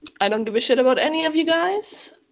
I-don't-give-a-shit-about-any-of-you-guys